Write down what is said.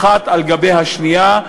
האחת על גבי השנייה,